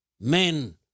men